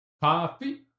Coffee